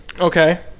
Okay